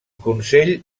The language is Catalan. consell